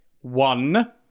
one